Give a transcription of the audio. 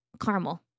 caramel